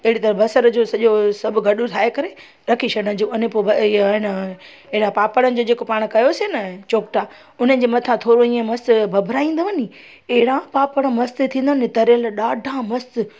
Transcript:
अहिड़ी तरह बसर जो सॼो सभु गॾु ठाहे करे रखी छॾिजो अने पोइ बि इअ आहे न अहिड़ा पापड़नि जो जेको पाणि कयोसीं न चोकटा हुननि जे मथां थोरो इअं मस्तु भभराईंदव नी अहिड़ा पापड़ मस्त थींदा नी तरियल ॾाढा मस्तु